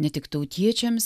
ne tik tautiečiams